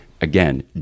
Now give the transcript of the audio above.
Again